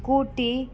scooty